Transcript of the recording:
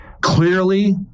Clearly